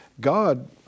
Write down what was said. God